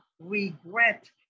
regret